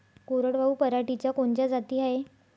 कोरडवाहू पराटीच्या कोनच्या जाती हाये?